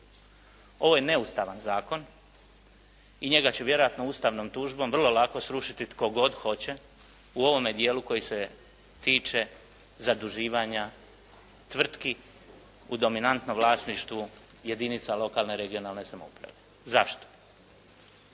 ovo je neustavan zakon i njega ću vjerojatno ustavnom tužbom vrlo lako srušiti tko god hoće u ovome dijelu koje se tiče zaduživanja tvrtki u dominantnom vlasništvu jedinica lokalne regionalne samouprave. Zašto?